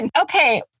Okay